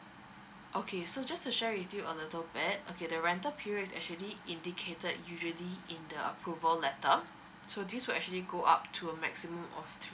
okay so just to share with you a little bit okay the rental period is actually indicated usually in the approval letter so this will actually go up to a maximum of three